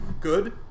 good